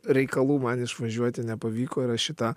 reikalų man išvažiuoti nepavyko ir aš šita